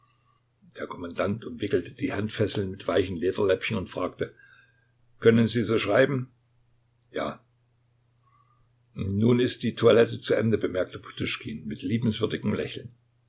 der kommandant umwickelte die handfesseln mit weichen lederläppchen und fragte können sie so schreiben ja nun ist die toilette zu ende bemerkte poduschkin mit liebenswürdigem lächeln